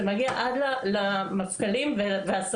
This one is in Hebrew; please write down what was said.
זה מגיע עד למפכ"לים והשרים.